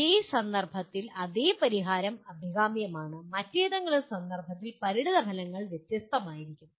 ഒരേ സന്ദർഭത്തിൽ അതേ പരിഹാരം അഭികാമ്യമാണ് മറ്റേതെങ്കിലും സന്ദർഭത്തിലെ പരിണതഫലങ്ങൾ വ്യത്യസ്തമായിരിക്കും